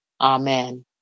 Amen